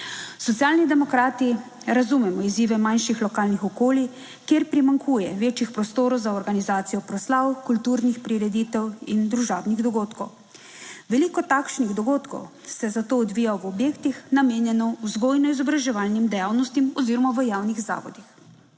Socialni demokrati razumemo izzive manjših lokalnih okolij, kjer primanjkuje večjih prostorov za organizacijo proslav, kulturnih prireditev in družabnih dogodkov. Veliko takšnih dogodkov se zato odvija v objektih, **32. TRAK: (SC) – 11.35** (nadaljevanje) namenjeno vzgojno izobraževalnim dejavnostim oziroma v javnih zavodih.